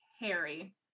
Harry